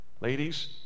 ladies